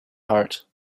heart